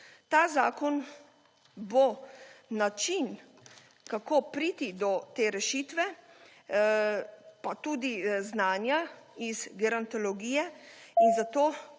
Ta zakon bo način kako priti do te rešitve pa tudi znanja iz gerontologije in zato,